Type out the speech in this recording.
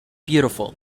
beautiful